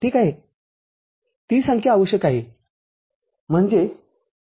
ती संख्या आवश्यक आहे म्हणजे ती